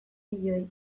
milioi